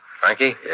Frankie